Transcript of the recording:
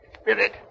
Spirit